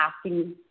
asking